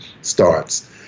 starts